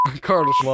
Carlos